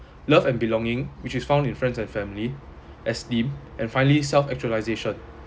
love and belonging which is found in friends and family esteem and finally self actualisation